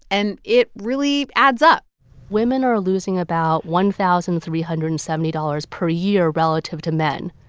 and it really adds up women are losing about one thousand three hundred and seventy dollars per year, relative to men,